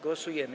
Głosujemy.